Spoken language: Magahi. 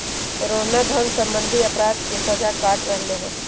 रोहना धन सम्बंधी अपराध के सजा काट रहले है